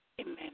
Amen